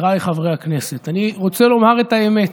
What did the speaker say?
חבריי חברי הכנסת, אני רוצה לומר את האמת: